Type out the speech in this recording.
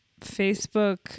Facebook